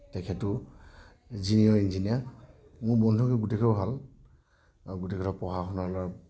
তেখেতো junior engineer মোৰ বন্ধু গোটেইসোপা ভাল আৰু গোটেইকেইটা পঢ়া শুনা কৰা